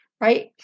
right